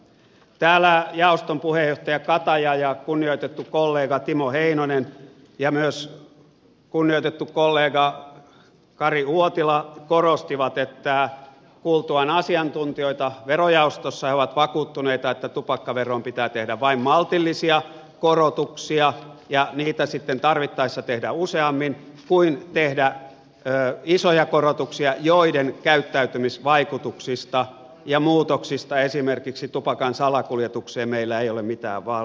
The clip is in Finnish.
täällä jaoston puheenjohtaja kataja ja kunnioitettu kollega timo heinonen ja myös kunnioitettu kollega kari uotila korostivat että kuultuaan asiantuntijoita verojaostossa he ovat vakuuttuneita että tupakkaveroon pitää tehdä vain maltillisia korotuksia ja niitä sitten tarvittaessa tehdä useammin kuin että tehtäisiin isoja korotuksia joiden käyttäytymisvaikutuksista ja muutoksista esimerkiksi tupakan salakuljetukseen meillä ei ole mitään varmuutta